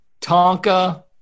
Tonka